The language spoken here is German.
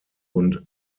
und